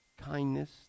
kindness